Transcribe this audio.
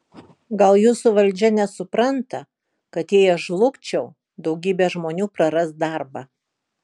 gal jūsų valdžia nesupranta kad jei aš žlugčiau daugybė žmonių praras darbą